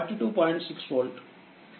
6వోల్ట్